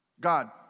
God